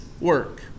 work